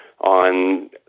on